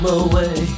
away